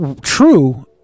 true